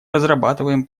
разрабатываем